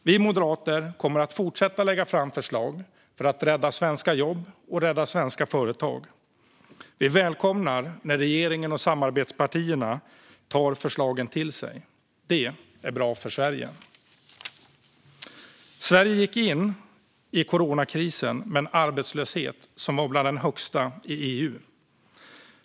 Vi moderater kommer att fortsätta lägga fram förslag för att rädda svenska jobb och svenska företag. Vi välkomnar när regeringen och samarbetspartierna tar förslagen till sig. Det är bra för Sverige. Sverige gick in i coronakrisen med en arbetslöshet som var bland de högsta i EU.